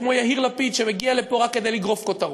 כמו יהיר לפיד שמגיע לפה רק כדי לגרוף כותרות.